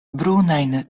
brunajn